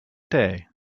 day